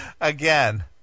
again